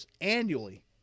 annually